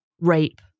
rape